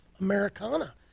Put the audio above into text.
Americana